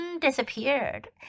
disappeared